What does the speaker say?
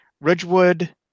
Ridgewood